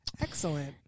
excellent